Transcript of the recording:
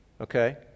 Okay